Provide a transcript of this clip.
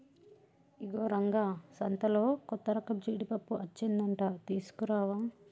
ఇగో రంగా సంతలో కొత్తరకపు జీడిపప్పు అచ్చిందంట తీసుకురావా